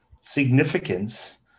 significance